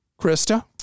Krista